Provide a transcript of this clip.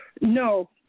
No